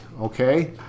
okay